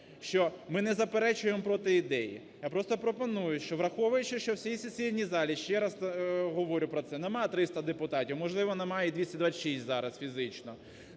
що ми не заперечуємо проти ідеї, а просто пропоную, що враховуючи, що в цій сесійній залі, ще раз говорю про це, нема 300 депутатів, можливо, нема і 226 зараз фізично,